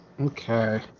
Okay